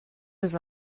was